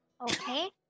Okay